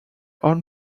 own